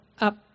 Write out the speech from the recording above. up